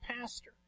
pastor